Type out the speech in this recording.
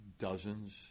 dozens